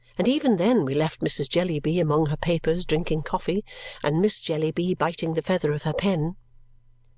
and even then we left mrs. jellyby among her papers drinking coffee and miss jellyby biting the feather of her pen.